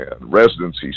residency